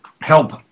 help